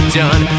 done